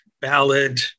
ballad